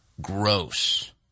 Gross